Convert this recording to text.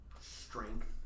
strength